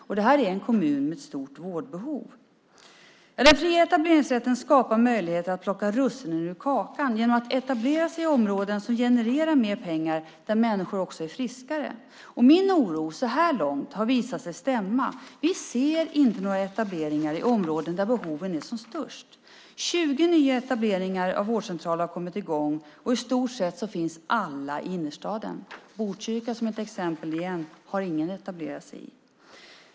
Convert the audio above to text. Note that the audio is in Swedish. Och det är en kommun med ett stort vårdbehov. Den fria etableringsrätten skapar möjlighet att plocka russinen ur kakan genom att man etablerar sig i områden som genererar mera pengar och där människor är friskare. Min oro så här långt har visat sig stämma. Vi ser inte några etableringar i områden där behoven är som störst. 20 nya etableringar av vårdcentraler har kommit i gång. I stort sett finns alla i innerstaden. Botkyrka, som ett exempel igen, har ingen etablerat sig i.